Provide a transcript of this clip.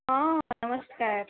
ହଁ ନମସ୍କାର